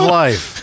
life